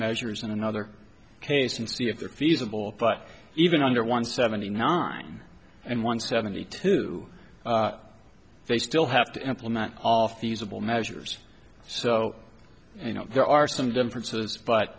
measures and another case and see if there feasible but even under one seventy nine and one seventy two they still have to implement all feasible measures so you know there are some differences but